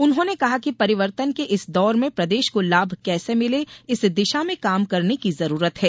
उन्होंने कहा कि परिवर्तन के इस दौर में प्रदेश को लाभ कैसे मिले इस दिशा में काम करने की जरूरत है